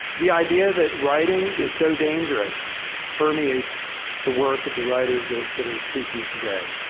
the idea that writing is so dangerous permeates the work of the writers that that are speaking today.